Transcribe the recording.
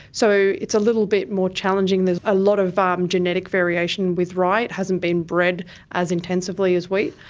so it's a little bit more challenging, there's a lot of um genetic variation with rye, it hasn't been bred as intensively as wheat.